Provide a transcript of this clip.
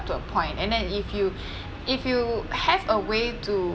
to a point and then if you if you have a way to